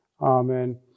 Amen